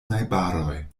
najbaroj